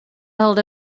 held